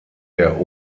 der